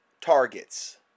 targets